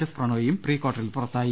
S പ്രണോയിയും പ്രീ കാർട്ടറിൽ പുറത്തായി